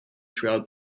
throughout